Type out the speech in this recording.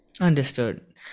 Understood